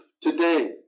today